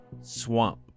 swamp